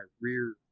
rear